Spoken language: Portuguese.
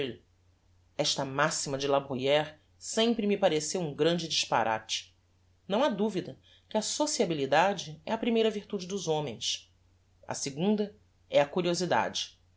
esta maxima de la bruyre sempre me pareceu um grande disparate não ha duvida que a sociabilidade é a primeira virtude dos homens a segunda é a curiosidade